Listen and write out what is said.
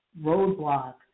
Roadblock